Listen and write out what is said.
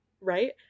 right